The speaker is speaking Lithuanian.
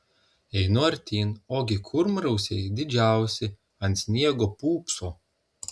einu artyn ogi kurmrausiai didžiausi ant sniego pūpso